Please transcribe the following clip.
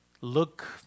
look